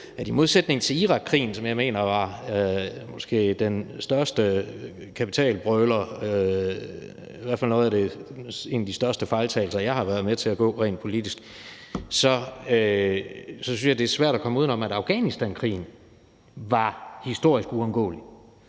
at i modsætning til Irakkrigen, som jeg mener måske var den største kapitalbrøler – i hvert fald en af de største fejltagelser, jeg har været med til at begå rent politisk – så synes jeg, at det er svært at komme uden om, at Afghanistankrigen var historisk uundgåelig.